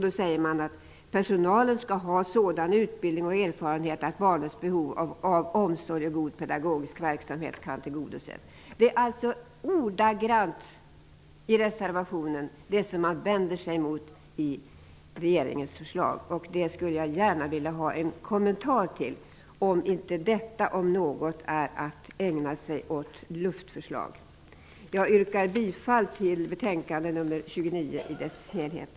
Där säger man att personalen skall ha ''sådan utbildning och erfarenhet att barnens behov av omsorg och god pedagogisk verksamhet kan tillgodoses''. Man föreslår alltså i reservationen ordagrant det som man vänder sig emot i regeringens förslag. Det skulle jag gärna vilja ha en kommentar till. Är inte detta om något att ägna sig åt luftförslag? Jag yrkar bifall till hemställan i dess helhet i betänkande nr 29.